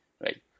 right